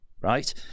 right